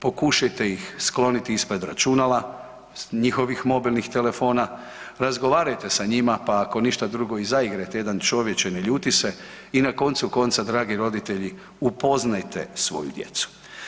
Pokušajte ih skloniti ispred računala, njihovih mobilnih telefona, razgovarajte sa njima, pa ako ništa drugo i zaigrajte jedan čovječe ne ljuti se i na koncu konca dragi roditelji upoznajte svoju djecu.